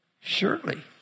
Surely